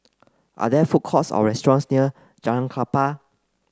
are there food courts or restaurants near Jalan Klapa